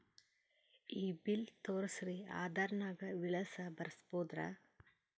ಈ ಬಿಲ್ ತೋಸ್ರಿ ಆಧಾರ ನಾಗ ವಿಳಾಸ ಬರಸಬೋದರ?